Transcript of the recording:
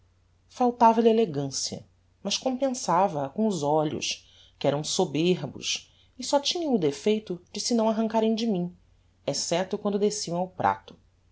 faltava-lhe elegancia mas compensava a com os olhos que eram soberbos e só tinham o defeito de se não arrancarem de mim excepto quando desciam ao prato